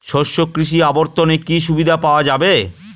শস্য কৃষি অবর্তনে কি সুবিধা পাওয়া যাবে?